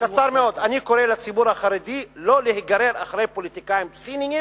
קצר מאוד: אני קורא לציבור החרדי לא להיגרר אחרי פוליטיקאים ציניים